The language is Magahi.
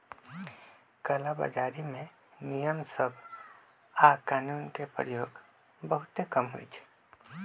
कला बजारी में नियम सभ आऽ कानून के प्रयोग बहुते कम होइ छइ